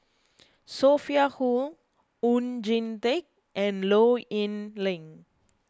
Sophia Hull Oon Jin Teik and Low Yen Ling